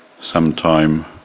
sometime